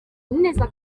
neza